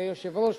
כיושב-ראש,